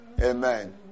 Amen